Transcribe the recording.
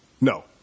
No